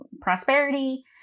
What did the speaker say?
Prosperity